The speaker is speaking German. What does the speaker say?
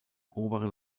oberen